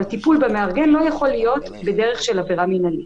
אבל טיפול במארגן לא יכול להיות בדרך של עבירה מינהלית.